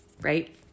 right